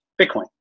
Bitcoin